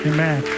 Amen